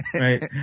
Right